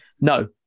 no